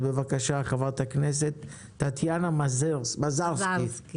בבקשה, חברתי הכנסת טטיאנה מזרסקי.